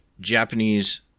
Japanese